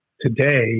today